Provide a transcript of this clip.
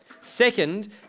Second